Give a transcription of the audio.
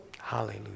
Hallelujah